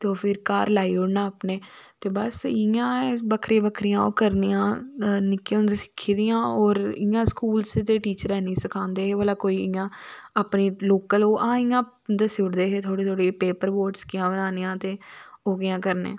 ते ओह् फिर घार लाई ओड़ना अपने ते बस इयां गै बक्खरी बक्खरी ओह् करनियां निक्के होंदे सिक्खी हियां और इयां स्कूल सिद्धा टीचर नेई सिखांदे हे नेईं भला इयां अपने लोकल ओह् हां इयां दस्सी ओड़दे हे थोह्ड़ी थोह्ड़ी पेपर बोटस कियां बनानी ते ओह् कियां करने